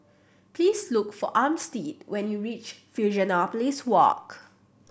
please look for Armstead when you reach Fusionopolis Walk